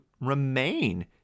remain